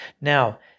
Now